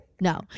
no